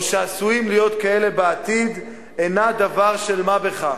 או שעשויים להיות כאלה בעתיד, אינה דבר של מה בכך,